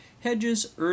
Hedges